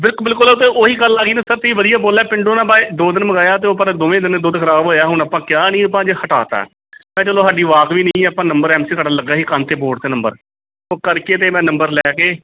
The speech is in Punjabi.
ਬਿਲਕੁਲ ਬਿਲਕੁਲ ਆ ਅਤੇ ਉਹੀ ਗੱਲ ਆ ਗਈ ਨਾ ਸਰ ਤੁਸੀਂ ਵਧੀਆ ਬੋਲਿਆ ਪਿੰਡੋਂ ਨਾ ਬਾਏ ਦੋ ਦਿਨ ਮੰਗਵਾਇਆ ਅਤੇ ਉਹ ਪਰ ਦੋਵੇਂ ਦਿਨ ਦੁੱਧ ਖ਼ਰਾਬ ਹੋਇਆ ਹੁਣ ਆਪਾਂ ਕਿਹਾ ਨਹੀਂ ਅਪਾਂ ਅੱਜ ਹਟਾ ਤਾਂ ਮੈਂ ਕਿਹਾ ਚਲੋ ਸਾਡੀ ਬਾਕਵੀ ਨਹੀਂ ਆਪਾਂ ਨੰਬਰ ਐਮ ਸੀ ਤੁਹਾਡਾ ਲੱਗ ਰਿਹਾ ਸੀ ਕੰਧ 'ਤੇ ਬੋਰਡ 'ਤੇ ਨੰਬਰ ਉਹ ਕਰਕੇ ਅਤੇ ਮੈਂ ਨੰਬਰ ਲੈ ਕੇ